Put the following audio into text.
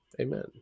Amen